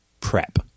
prep